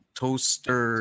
toaster